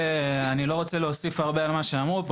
אני לא רוצה להוסיף הרבה על מה שאמרו פה,